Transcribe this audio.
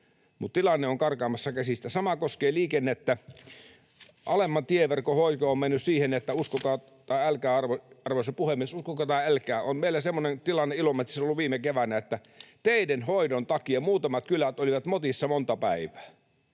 Mutta tilanne on karkaamassa käsistä. Sama koskee liikennettä. Alemman tieverkon hoito on mennyt siihen, että — uskokaa tai älkää, arvoisa puhemies, uskokaa tai älkää — meillä on semmoinen tilanne Ilomantsissa ollut viime keväänä, että teiden hoidon takia muutamat kylät olivat motissa monta päivää.